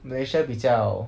malaysia 比较